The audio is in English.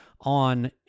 on